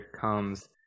comes